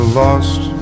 lost